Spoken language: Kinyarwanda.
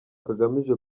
kagamije